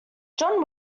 john